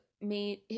made